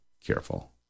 careful